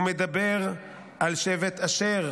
הוא מדבר על שבט אשר: